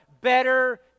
better